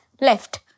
left